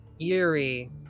eerie